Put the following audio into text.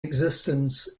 existence